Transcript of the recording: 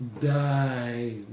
die